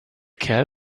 kerl